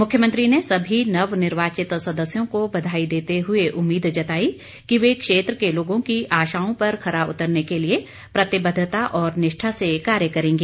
मुख्यमंत्री ने सभी नवनिर्वाचित सदस्यों को बधाई देते हुए उम्मीद जताई कि वे क्षेत्र के लोगों की आशाओं पर खरा उतरने के लिए प्रतिबद्धता और निष्ठा से कार्य करेंगे